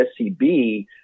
SCB